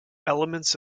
elements